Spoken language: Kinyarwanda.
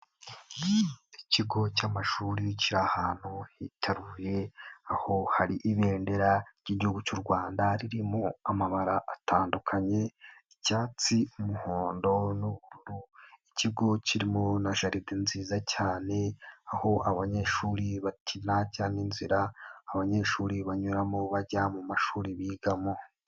Ikigo cy'amashuri kiri ahantu hitaruye aho hari ibendera ry'igihugu cy'u Rwanda riririmo amabara atandukanye, icyatsi umuhondo, n'ubururu. Ikigo kirimo na jaride nziza cyane, aho abanyeshuri bakina cyangwa inzira abanyeshuri banyuramo bajya mu mashuri bigamo.